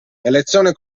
elezione